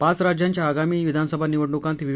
पाच राज्यांच्या आगामी विधानसभा निवडणूकांत व्ही